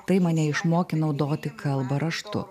tai mane išmokė naudoti kalbą raštu